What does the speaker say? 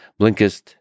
Blinkist